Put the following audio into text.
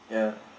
ya